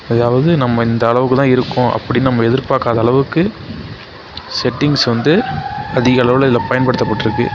அதாவது நம்ம இந்த அளவுக்குதான் இருக்கும் அப்படின்னு நம்ம எதிர்பார்க்காத அளவுக்கு செட்டிங்ஸ் வந்து அதிக அளவில் இதில் பயன்படுத்தப்பட்டுருக்கு